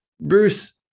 bruce